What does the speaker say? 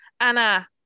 Anna